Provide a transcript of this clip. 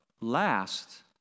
last